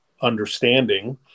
understanding